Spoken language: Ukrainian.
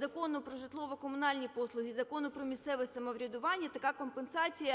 Закону "Про житлово-комунальні послуги", Закону про місцеве самоврядування таку компенсацію